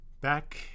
Back